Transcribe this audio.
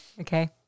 okay